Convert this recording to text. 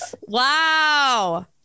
Wow